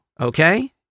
Okay